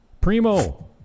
Primo